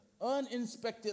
uninspected